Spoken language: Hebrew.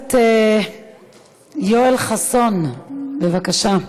הכנסת יואל חסון, בבקשה.